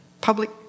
public